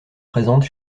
présentes